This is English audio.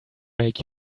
make